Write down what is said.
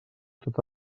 tot